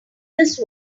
this